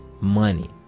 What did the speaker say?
money